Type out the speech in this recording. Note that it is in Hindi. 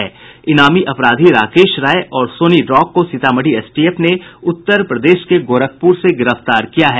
इनामी अपराधी राकेश राय और सोनी रॉक को सीतामढ़ी एसटीएफ ने उत्तर प्रदेश के गोरखपुर से गिरफ्तार किया है